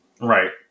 Right